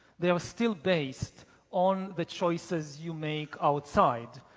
they are still based on the choices you make outside,